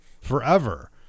forever